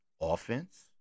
offense